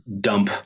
dump